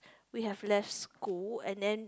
we have left school and then